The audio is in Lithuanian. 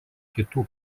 kitų